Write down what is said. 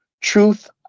Truth